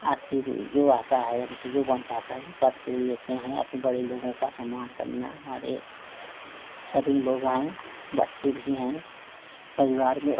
आरती जो भी जो आता है मुझसे जो बन पाता है करते भी रहते हैं अपने बड़े लोगों का सम्मान करना हमारे सभी लोग आएं बच्चे भी हैं परिवार में